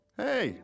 hey